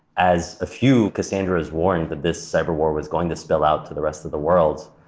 as a few cassandras warned that this cyber war was going to spill out to the rest of the world,